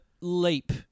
leap